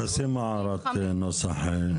שים הערת נוסח,